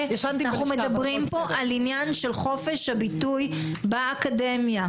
אנחנו מדברים כאן על חופש הביטוי באקדמיה.